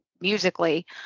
musically